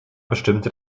bestimmte